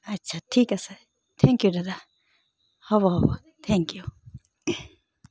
আচ্ছা ঠিক আছে থেংক ইউ দাদা হ'ব হ'ব থেংক ইউ